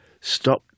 stop